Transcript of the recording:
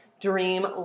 dream